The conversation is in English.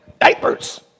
diapers